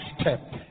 step